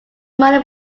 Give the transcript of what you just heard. money